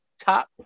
top